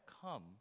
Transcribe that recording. come